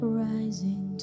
rising